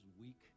weak